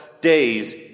days